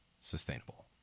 sustainable